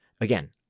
Again